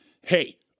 Hey